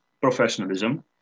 professionalism